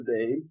today